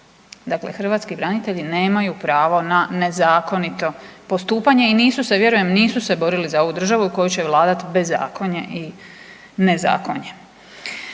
Dakle, hrvatski branitelji nemaju pravo na nezakonito postupanje i nisu se vjerujem borili za ovu državu u kojoj će vladati bezakonje i nezakonje.